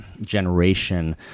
generation